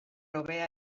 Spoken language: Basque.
hobea